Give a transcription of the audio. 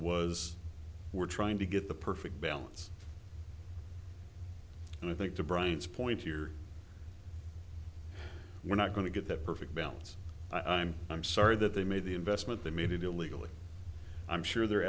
was we're trying to get the perfect balance and i think to brian's point here we're not going to get that perfect balance i'm i'm sorry that they made the investment they made it illegal i'm sure they're